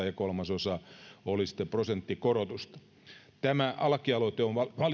ja kolmasosa olisi sitten prosenttikorotusta tämä lakialoite on valiokunnassa